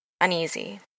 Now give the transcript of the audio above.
uneasy